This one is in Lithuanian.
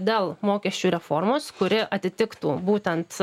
dėl mokesčių reformos kuri atitiktų būtent